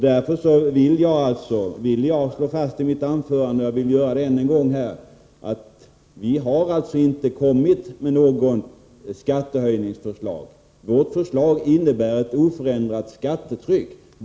Därför vill jag slå fast än en gång att vi inte har kommit med något skattehöjningsförslag. Vårt förslag innebär ett oförändrat skattetryck.